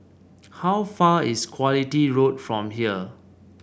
how far is Quality Road from here